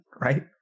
right